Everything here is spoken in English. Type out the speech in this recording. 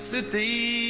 City